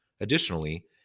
Additionally